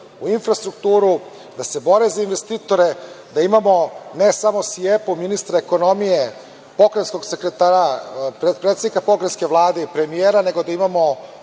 u infrastrukturu, da se bore za investitore, da imamo, ne samo SIEPA, ministra ekonomije, pokrajinskog sekretara, predsednika Pokrajinske Vlade i premijera, nego da imamo